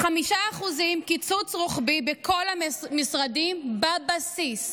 5% קיצוץ רוחבי בכל המשרדים בבסיס.